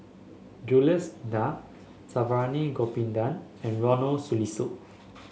Jules Itier Saravanan Gopinathan and Ronald Susilo